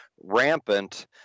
rampant